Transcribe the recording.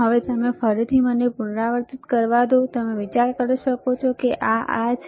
હવે તમે ફરીથી મને પુનરાવર્તિત કરવા દો કે તમે વિચારી શકો છો કે આ આ છે